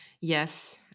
Yes